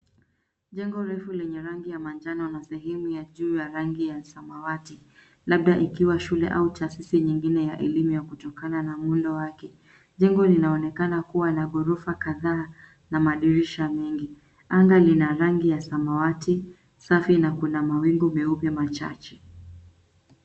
Jengo refu lenye rangi ya manjano na sehemu ya juu ya rangi ya samawati labda ikiwa shule au taasisi nyingine ya elimu kutokana na muundo wake. Jengo linaonekana kuwa na ghorofa kadhaa na madirisha mengi. Anga lina rangi ya samawati safi na kuna mawingu meupe machache.